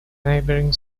neighbouring